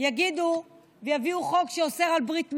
יגידו ויביאו חוק שאוסר ברית מילה,